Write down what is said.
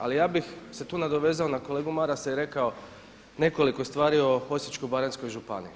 Ali ja bih se tu nadovezao na kolegu Marasa i rekao nekoliko stvari o Osječko-baranjskoj županiji.